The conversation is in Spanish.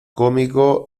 cómico